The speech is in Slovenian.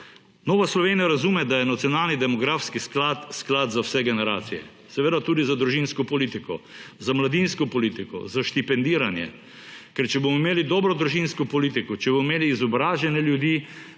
Nova Slovenija razume, da je nacionalni demografski sklad, sklad za vse generacije, seveda tudi za družinsko politiko, za mladinsko politiko, za štipendiranje. Ker če bomo imeli dobro družinsko politiko, če bomo imeli izobražene ljudi,